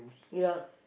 ya